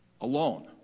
alone